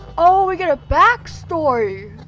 oh, we get a back story!